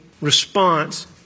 response